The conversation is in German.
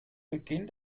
beginn